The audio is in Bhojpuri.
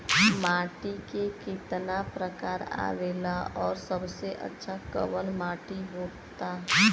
माटी के कितना प्रकार आवेला और सबसे अच्छा कवन माटी होता?